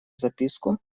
записку